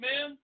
Amen